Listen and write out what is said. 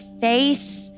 face